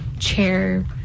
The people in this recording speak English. chair